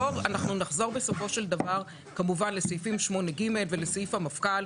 אנחנו נחזור בסופו של דבר לסעיפים 8ג ולסעיף המפכ"ל,